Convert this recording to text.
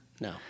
No